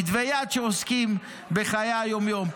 כתבי יד שעוסקים בחיי היום-יום,